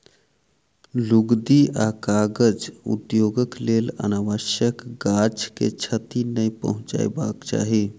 लुगदी आ कागज उद्योगक लेल अनावश्यक गाछ के क्षति नै पहुँचयबाक चाही